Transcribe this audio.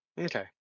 Okay